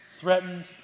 threatened